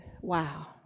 Wow